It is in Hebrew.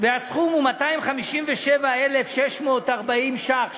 הסכום הוא 257,640 ש"ח,